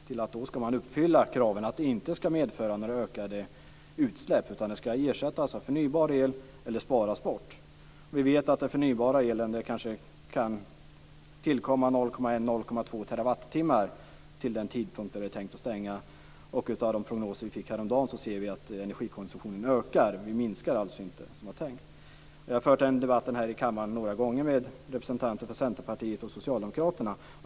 De krav som ska uppfyllas är att stängningen inte ska medföra några ökade utsläpp utan ersättningen ska utgöras av förnybar el eller sparas bort. Vi vet att det kan tillkomma 0,1-0,2 terawattimmar genom den förnybara elen till den tidpunkt då Barsebäck 2 är tänkt att stängas. Av de prognoser som kom häromdagen kan vi se att energikonsumtionen ökar, den minskar alltså inte som det var tänkt. Jag har fört den debatten här i kammaren några gånger med representanter för Centerpartiet och Socialdemokraterna.